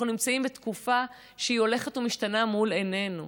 אנחנו נמצאים בתקופה שהולכת ומשתנה מול עינינו,